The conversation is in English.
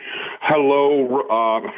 Hello